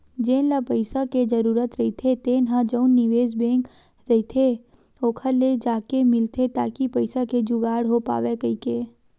जेन ल पइसा के जरूरत रहिथे तेन ह जउन निवेस बेंक रहिथे ओखर ले जाके मिलथे ताकि पइसा के जुगाड़ हो पावय कहिके